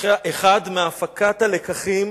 אחת מהפקות הלקחים